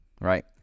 right